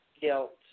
Guilt